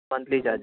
monthly charges